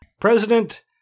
President